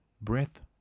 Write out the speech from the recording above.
Breath